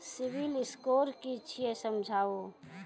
Civil score कि छियै समझाऊ?